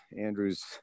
Andrew's